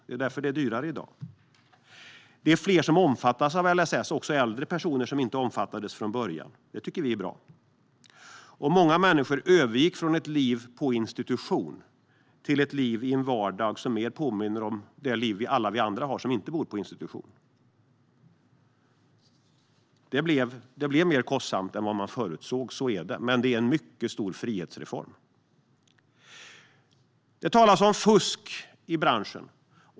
Därför är det dyrare i dag. Fler omfattas av LSS, också äldre personer, som inte omfattades från början. Det tycker vi är bra. Många människor har övergått från ett liv på institution till ett liv i en vardag som mer påminner om det liv som vi andra, som inte bor på institution, har. Det blev mer kostsamt än vad man förutsåg, men det var en mycket stor frihetsreform. Det talas om fusk i branschen.